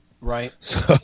Right